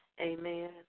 Amen